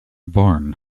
barn